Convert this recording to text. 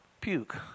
puke